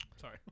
Sorry